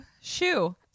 Shoe